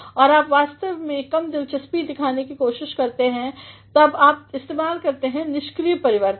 और जब आप वास्तव में कम दिलचस्पी दिखाने की कोशिश करते हैं तब आप इस्तेमाल करते हैं निष्क्रिय परिवर्तन